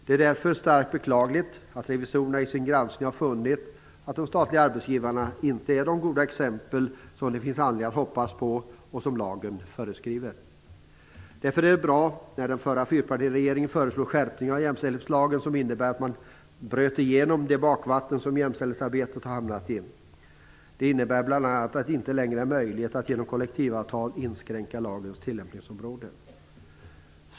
Det är därför starkt beklagligt att revisorerna i sin granskning har funnit att de statliga arbetsgivarna inte är de goda exempel som det finns anledning att hoppas på, och som lagen föreskriver. Därför var det bra att den förra fyrpartiregeringen föreslog en skärpning av jämställdhetslagen som innebar att man bröt igenom det bakvatten som jämställdhetsarbetet hade hamnat i. Detta innebär bl.a. att det inte längre är möjligt att genom kollektivavtal inskränka lagens tillämpningsområde.